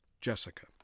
Jessica